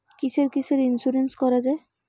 কিসের কিসের ইন্সুরেন্স করা যায়?